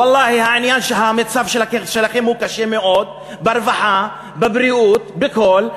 ואללה, המצב שלכם קשה מאוד ברווחה, בבריאות, בכול.